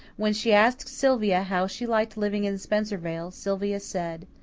when she asked sylvia how she liked living in spencervale, sylvia said,